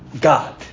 God